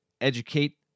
Educate